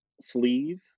sleeve